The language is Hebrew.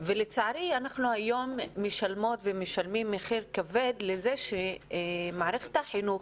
לצערי אנחנו היום משלמות ומשלמים מחיר כבד לזה שמערכת החינוך